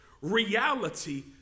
reality